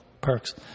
perks